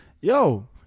yo